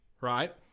Right